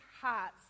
hearts